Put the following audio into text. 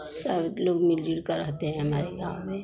सब लोग मिल जुल कर आते हैं हमारे गाँव में